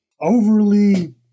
overly